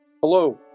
Hello